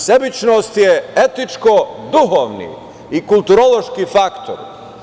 Sebičnost je etičko duhovni i kulturološki faktor.